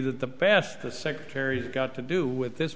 the path the secretary got to do with this